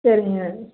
சரிங்க